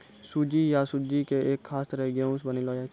सूजी या सुज्जी कॅ एक खास तरह के गेहूँ स बनैलो जाय छै